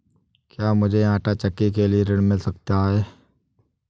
क्या मूझे आंटा चक्की के लिए ऋण मिल सकता है?